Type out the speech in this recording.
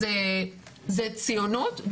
זאת ציונות,